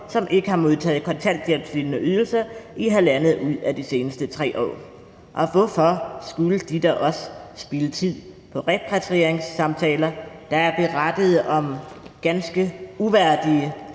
som ikke har modtaget kontanthjælpslignende ydelser i 1½ år ud af de seneste 3 år. Og hvorfor skulle de da også spilde tid på repatrieringssamtaler? Der er berettet om ganske uværdige